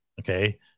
okay